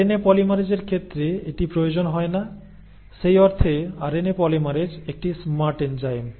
RNA পলিমেরেজের ক্ষেত্রে এটি প্রয়োজন হয় না সেই অর্থে আরএনএ পলিমারেজ একটি স্মার্ট এনজাইম